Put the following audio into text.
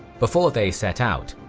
before they set out,